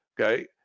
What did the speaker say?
okay